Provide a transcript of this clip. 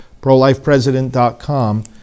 Prolifepresident.com